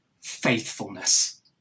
faithfulness